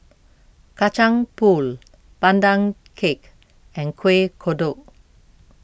Kacang Pool Pandan Cake and Kueh Kodok